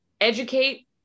educate